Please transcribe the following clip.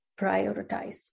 prioritize